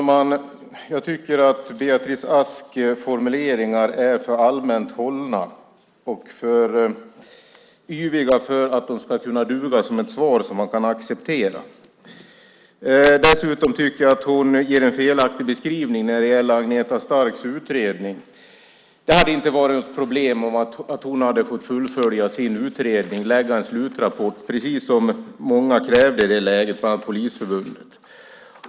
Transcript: Herr talman! Beatrice Asks formuleringar är för allmänt hållna och för yviga för att de ska kunna duga som ett svar man kan acceptera. Dessutom ger hon en felaktig beskrivning när det gäller Agneta Starks utredning. Det hade inte varit något problem om hon hade fått fullfölja sin utredning och lägga fram en slutrapport, precis som många krävde i det läget, bland annat Polisförbundet.